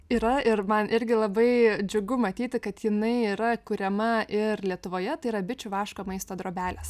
yra ir man irgi labai džiugu matyti kad jinai yra kuriama ir lietuvoje tai yra bičių vaško maisto drobelės